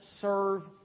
serve